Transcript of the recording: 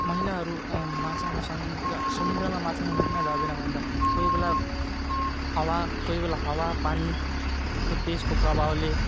महिलाहरू माछामा समुद्र समुद्रमा माछा मार्नु किन जाँदैन भन्दा कोही बेला हावा कोही बेला हावा पानीको तेजको प्रभावले